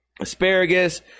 Asparagus